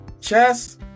Chess